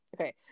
Okay